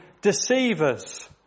deceivers